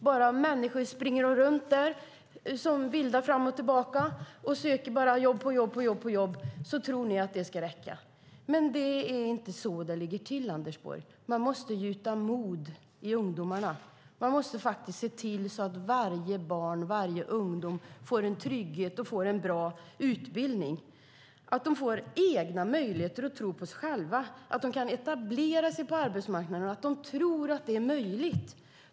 Bara människor vilt springer fram och tillbaka och söker jobb på jobb tror ni att det ska räcka. Det är dock inte så det ligger till, Anders Borg - man måste gjuta mod i ungdomarna. Man måste se till att varje barn och varje ungdom får en trygghet och en bra utbildning. De måste få egna möjligheter och en tro på sig själva - de måste tro att det är möjligt att de kan etablera sig på arbetsmarknaden.